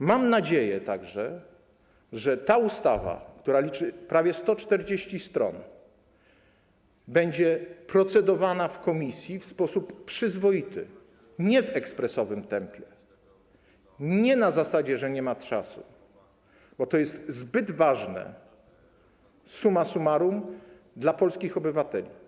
Mam także nadzieję, że ta ustawa, która liczy prawie 140 stron, będzie procedowana w komisji w sposób przyzwoity, nie w ekspresowym tempie, nie na zasadzie, że nie ma czasu, bo to jest summa summarum zbyt ważne dla polskich obywateli.